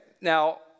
now